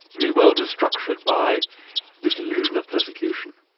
if his world was structured by this illusion of persecution,